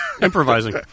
improvising